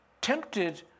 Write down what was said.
tempted